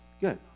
Good